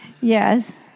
Yes